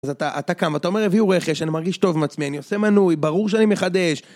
אז אתה קם, אתה אומר, הביאו רכש, אני מרגיש טוב עם עצמי, אני עושה מנוי, ברור שאני מחדש.